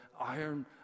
iron